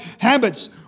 habits